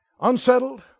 unsettled